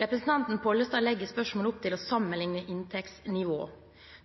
Representanten Pollestad legger i spørsmålet opp til å sammenligne inntektsnivå.